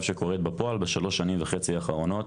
שקורית בפועל בשלוש שנים וחצי האחרונות,